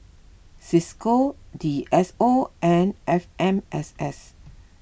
Cisco D S O and F M S S